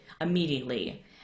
immediately